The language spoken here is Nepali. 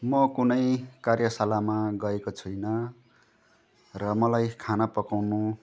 म कुनै कार्यशालामा गएको छुइनँ र मलाई खाना पकाउनु